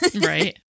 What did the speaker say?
right